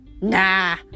Nah